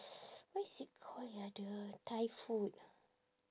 what is it call ya the thai food